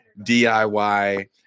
DIY